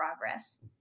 progress